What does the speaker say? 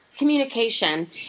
Communication